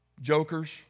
jokers